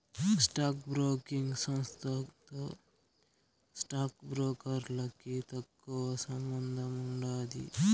stock broking సంస్థతో stock బ్రోకర్లకి ఎక్కువ సంబందముండాది